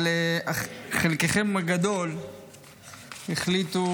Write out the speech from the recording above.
אבל חלקכם הגדול החליטו